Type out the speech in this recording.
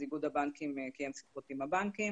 איגוד הבנקים קיים שיחות עם הבנקים